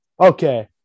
Okay